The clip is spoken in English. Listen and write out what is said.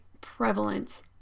prevalent